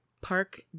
Park